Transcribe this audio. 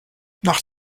nach